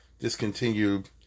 discontinued